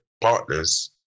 partners